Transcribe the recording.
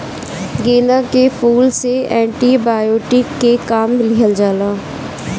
गेंदा के फूल से एंटी बायोटिक के काम लिहल जाला